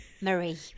Marie